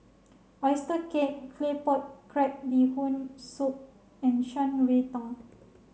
Oyster Cake Claypot Crab Bee Hoon Soup and Shan Rui Tang